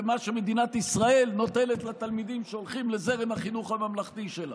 במה שמדינת ישראל נותנת לתלמידים שהולכים לזרם החינוך הממלכתי שלה.